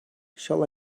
shall